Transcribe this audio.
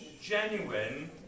genuine